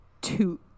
two